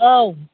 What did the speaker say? औ